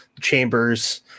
chambers